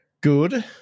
Good